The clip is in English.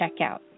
checkout